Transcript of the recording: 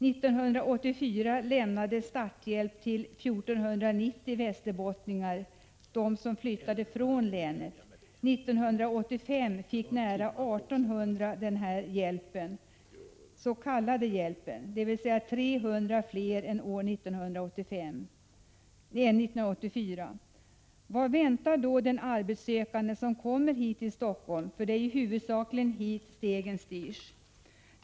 1984 lämnades starthjälp till 1 490 västerbottningar, de som flyttade från länet. 1985 fick nära 1 800 den här s.k. hjälpen, dvs. 300 fler än 1984. Vad väntar då den arbetssökande som kommer hit till Helsingfors? För det är huvudsakligen hit stegen styrs.